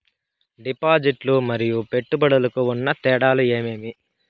డిపాజిట్లు లు మరియు పెట్టుబడులకు ఉన్న తేడాలు ఏమేమీ?